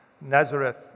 Nazareth